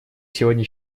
сегодня